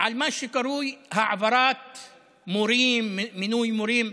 על מה שקרוי העברת מורים, מינוי מורים,